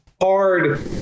hard